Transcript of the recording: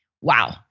Wow